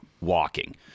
Walking